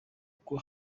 uko